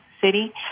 City